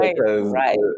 right